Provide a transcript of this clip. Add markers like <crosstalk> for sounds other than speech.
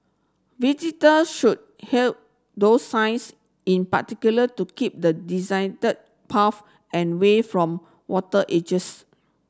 visitors should heed those signs in particular to keep the <unintelligible> paths and way from water edges